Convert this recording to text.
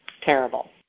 terrible